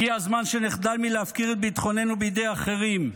הגיע הזמן שנחדל מלהפקיר את ביטחוננו בידי אחרים,